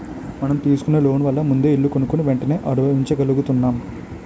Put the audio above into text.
మనం తీసుకునే లోన్ వల్ల ముందే ఇల్లు కొనుక్కుని వెంటనే అనుభవించగలుగుతున్నాం